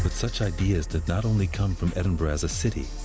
but such ideas did not only come from edinburgh as a city.